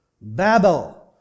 Babel